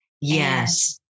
Yes